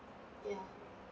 ya